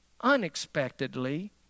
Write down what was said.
unexpectedly